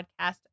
podcast